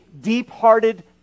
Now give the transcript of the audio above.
deep-hearted